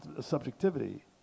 subjectivity